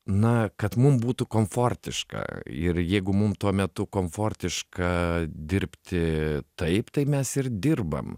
na kad mum būtų komfortiška ir jeigu mum tuo metu komfortiška dirbti taip tai mes ir dirbam